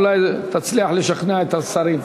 אולי תצליח לשכנע את השרים.